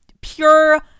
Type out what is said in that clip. pure